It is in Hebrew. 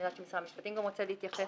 אני יודעת שמשרד המשפטים גם רוצה להתייחס לזה.